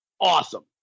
awesome